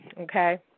okay